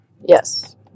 Yes